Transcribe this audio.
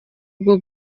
bwo